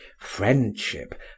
friendship